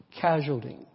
casualty